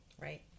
Right